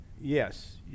Yes